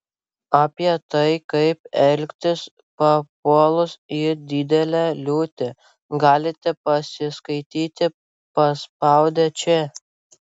apie tai kaip elgtis papuolus į didelę liūtį galite pasiskaityti paspaudę čia